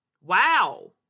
Wow